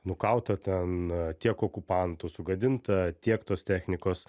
nukauta ten tiek okupantų sugadinta tiek tos technikos